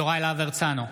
יוראי להב הרצנו,